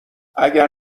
اگر